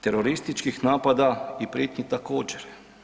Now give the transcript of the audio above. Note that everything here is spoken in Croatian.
Terorističkih napada i prijetnji, također.